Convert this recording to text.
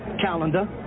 calendar